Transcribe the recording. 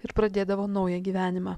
ir pradėdavo naują gyvenimą